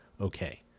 okay